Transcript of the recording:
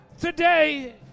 Today